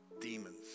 demons